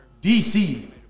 DC